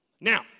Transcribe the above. Now